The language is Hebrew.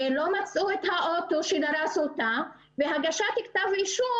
לא מצאו את הרכב שדרס אותה והוגש כתב אישום